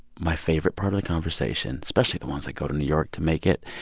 my favorite part of the conversation, especially the ones that go to new york to make it,